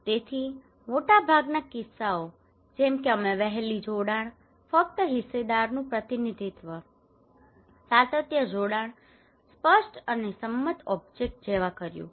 તેથી મોટાભાગના કિસ્સાઓ જેમ કે અમે વહેલી જોડાણ ફક્ત હિસ્સેદારનું પ્રતિનિધિત્વ સાતત્ય જોડાણ સ્પષ્ટ અને સંમત ઓબ્જેક્ટ જેવા કર્યું છે